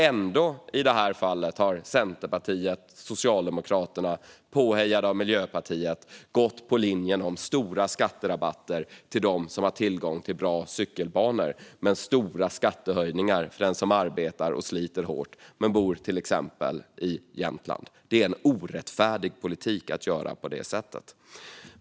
Ändå har Centerpartiet och Socialdemokraterna, påhejade av Miljöpartiet, i det här fallet gått på linjen om stora skatterabatter för den som har tillgång till cykelbanor men stora skattehöjningar för den som arbetar och sliter hårt men som bor i till exempel Jämtland. Det är en orättfärdig politik att göra på det sättet.